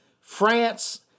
France